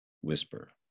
whisper